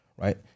right